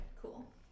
cool